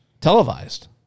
televised